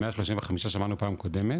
ה- 135 שאמרנו בפעם הקודמת,